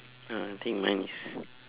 uh I think mine is